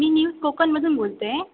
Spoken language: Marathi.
मी न्यूज कोकणमधून बोलते आहे